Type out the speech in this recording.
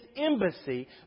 embassy